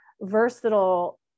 versatile